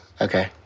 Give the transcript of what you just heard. okay